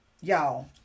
y'all